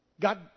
God